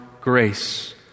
grace